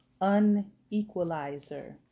unequalizer